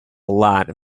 lot